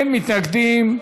אין מתנגדים,